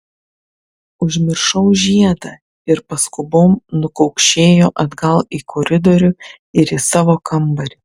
užmiršau žiedą ir paskubom nukaukšėjo atgal į koridorių ir į savo kambarį